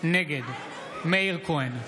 נגד מאיר כהן,